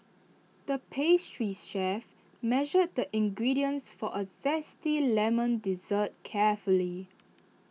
the pastry's chef measured the ingredients for A Zesty Lemon Dessert carefully